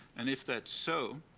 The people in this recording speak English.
and if that's so,